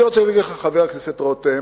אני רוצה להגיד לך, חבר הכנסת רותם,